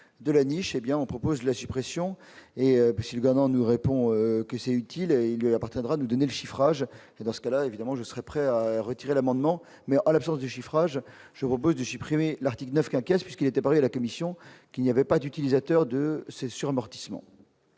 de la niche, hé bien on propose la suppression et Monsieur Bernard nous répond que c'est utile, il appartiendra de donner le chiffrage et dans ce cas-là, évidemment, je serai prêt à retirer l'amendement mais à l'absence de chiffrage, je propose de supprimer l'article 9 qui inquiète parce qu'il était prêt à la commission qu'il n'y avait pas d'utilisateurs de ces sur morte